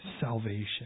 salvation